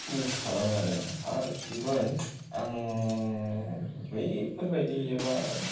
use खालामो आरो even आं बैफोर बायदि एबा